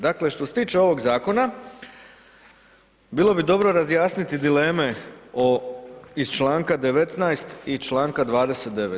Dakle, što se tiče ovog Zakona, bilo bi dobro razjasniti dileme o, iz članka 19. i članka 29.